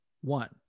One